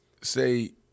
say